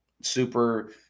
super